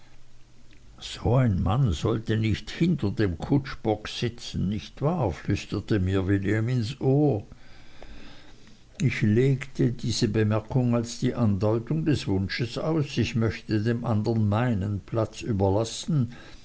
mann sollte nicht hinter dem kutschbock sitzen nicht wahr flüsterte mir william ins ohr ich legte diese bemerkung als die andeutung des wunsches aus ich möchte dem andern meinen platz überlassen